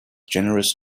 generous